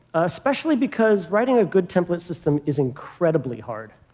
especially because writing a good template system is incredibly hard.